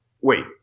Wait